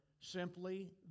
simply